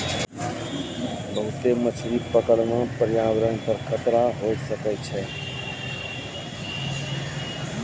बहुते मछली पकड़ना प्रयावरण पर खतरा होय सकै छै